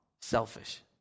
selfish